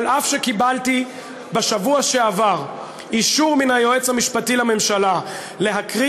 אף שקיבלתי בשבוע שעבר אישור מן היועץ המשפטי לממשלה להקריא